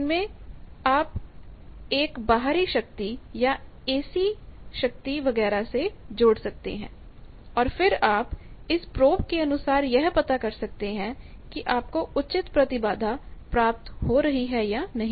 इनसे आप इसको एक बाहरी शक्ति या ऐसी शक्ति वगैरह से जोड़ सकते हैं और फिर आप इस प्रोब के अनुसार यह पता कर सकते हैं कि आपको उचित प्रतिबाधा प्राप्त हो रही है या नहीं